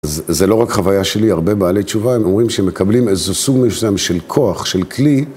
ז... זה לא רק חוויה שלי. הרבה בעלי תשובה, הם אומרים שמקבלים איזה סוג מסוים של כוח, של כלי...